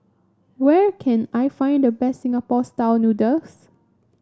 where can I find the best Singapore style noodles